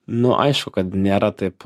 nu aišku kad nėra taip